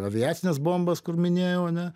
aviacines bombas kur minėjau ane